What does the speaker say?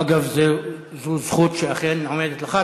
אגב, זאת זכות שאכן עומדת לך.